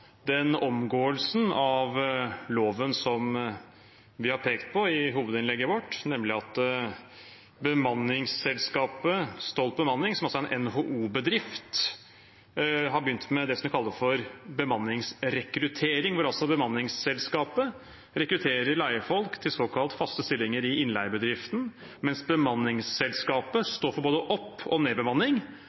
den omgåelsen av loven som vi har pekt på i hovedinnlegget vårt, nemlig at bemanningsselskapet Stolt bemanning, som altså er en NHO-bedrift, har begynt med det de kaller for bemanningsrekruttering, hvor bemanningsselskapet rekrutterer leiefolk til såkalt faste stillinger i innleiebedriften, mens bemanningsselskapet står for både opp- og nedbemanning